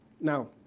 Now